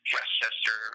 Westchester